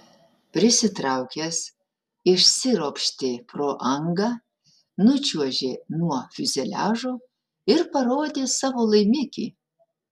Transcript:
prisitraukęs išsiropštė pro angą nučiuožė nuo fiuzeliažo ir parodė savo laimikį